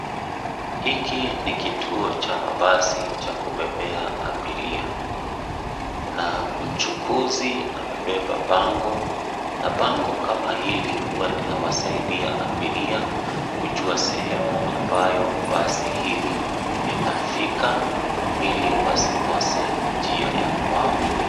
Hiki ni kituo cha mabasi cha kubebea abiria na mchukuzi amebeba bango na bango kama hili huwa inawasaidia abiria kujua sehemu ambayo basi hili linafika ,ili wasipokose njia ya kwao.